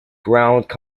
ground